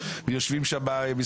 ירושלים?